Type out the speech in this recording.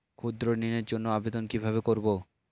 ক্ষুদ্র ঋণের জন্য আবেদন কিভাবে করব?